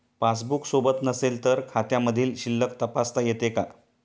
Passbook सोबत नसेल तर खात्यामधील शिल्लक तपासता येते का?